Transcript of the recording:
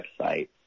website